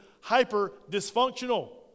hyper-dysfunctional